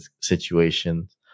situations